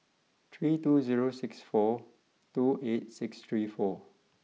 three two zero six four two eight six three four